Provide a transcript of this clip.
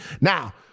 Now